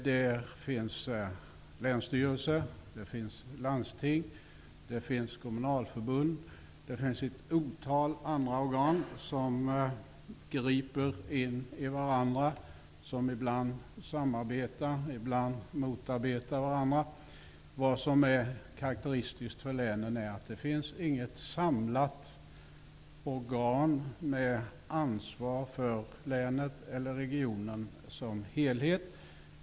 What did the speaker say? Där finns länsstyrelse, landsting, kommunalförbund och ett otal andra organ som griper in i varandra, vilka ibland samarbetar och ibland motarbetar varandra. Vad som är karakteristiskt för länen är att det inte finns något samlat organ med ansvar för länet eller regionen som helhet.